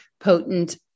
potent